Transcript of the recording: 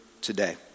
today